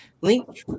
Link